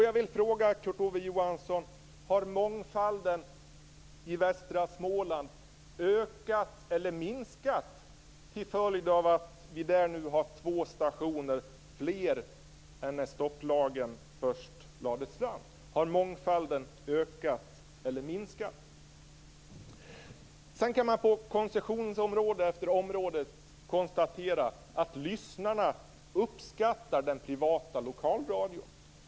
Jag vill fråga Kurt Ove Johansson: Har mångfalden i västra Småland ökat eller minskat till följd av att vi där nu har två stationer fler än när stopplagen först lades fram? Har mångfalden ökat eller minskat? Man kan på koncessionsområde efter koncessionsområde konstatera att lyssnarna uppskattar den privata lokalradion.